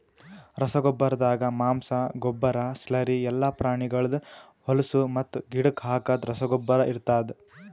ರಸಗೊಬ್ಬರ್ದಾಗ ಮಾಂಸ, ಗೊಬ್ಬರ, ಸ್ಲರಿ ಎಲ್ಲಾ ಪ್ರಾಣಿಗಳ್ದ್ ಹೊಲುಸು ಮತ್ತು ಗಿಡಕ್ ಹಾಕದ್ ರಸಗೊಬ್ಬರ ಇರ್ತಾದ್